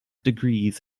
degrees